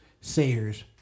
Sayers